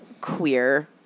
queer